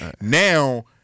Now